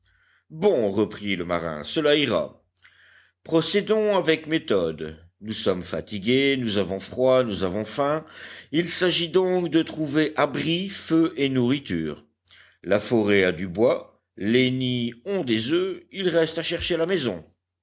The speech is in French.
bon reprit le marin cela ira procédons avec méthode nous sommes fatigués nous avons froid nous avons faim il s'agit donc de trouver abri feu et nourriture la forêt a du bois les nids ont des oeufs il reste à chercher la maison